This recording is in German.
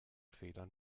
fehlern